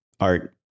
art